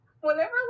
whenever